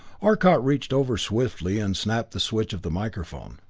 arcot reached over swiftly and snapped the switch of the microphone.